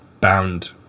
bound